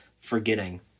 forgetting